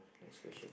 next question